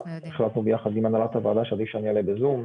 החלטנו ביחד עם הנהלת הוועדה שעדיף שאני אעלה בזום.